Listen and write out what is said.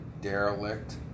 derelict